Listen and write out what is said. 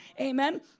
Amen